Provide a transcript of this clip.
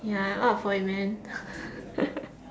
ya I'm up for it man